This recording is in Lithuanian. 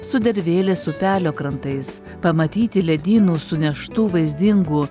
sudervės upelio krantais pamatyti ledynų suneštų vaizdingų